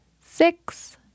six